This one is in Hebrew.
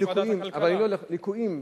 של ליקויים,